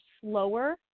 slower